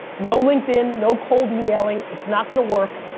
no linkedin, no cold emailing, it's not gonna work.